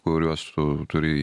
kuriuos su turi